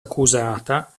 accusata